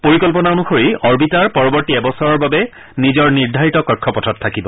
পৰিকল্পনা অনুসৰি অবিটাৰ পৰৱৰ্তী এবছৰৰ বাবে নিজৰ নিৰ্ধাৰিত কক্ষপথত থাকিব